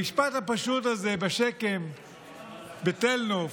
המשפט הפשוט הזה בשק"ם בתל נוף,